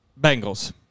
Bengals